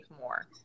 more